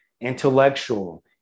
intellectual